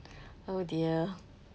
oh dear